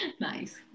Nice